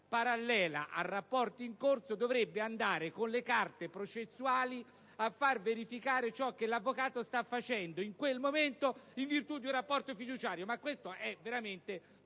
parallela al rapporto in corso, dovrebbe andare con le carte processuali a fare verificare ciò che l'avvocato sta facendo in quel momento in virtù di un rapporto fiduciario. Ma questa è veramente